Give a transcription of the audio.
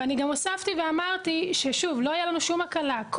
ואני גם הוספתי ואמרתי: שלא תהיה לנו שום הקלה לגבי